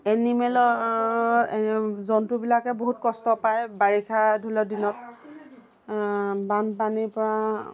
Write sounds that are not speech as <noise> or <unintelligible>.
এনিমেলৰ <unintelligible> জন্তুবিলাকে বহুত কষ্ট পাই বাৰিষা <unintelligible> দিনত বানপানীৰ পৰা